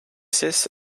six